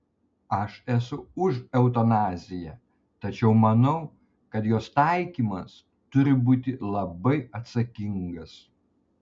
aš esu už eutanaziją tačiau manau kad jos taikymas turi būti labai atsakingas